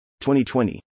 2020